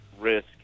risk